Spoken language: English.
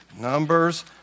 Numbers